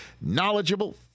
knowledgeable